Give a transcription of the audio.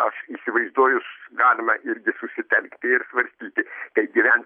aš įsivaizduoju galima irgi susitelkti ir svarstyti kaip gyventi